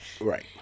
Right